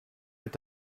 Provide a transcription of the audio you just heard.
est